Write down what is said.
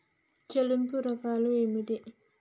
చెల్లింపు రకాలు ఏమిటి?